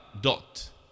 dot